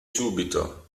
subito